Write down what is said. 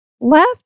left